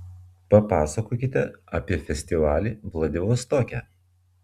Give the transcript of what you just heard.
papasakokite apie festivalį vladivostoke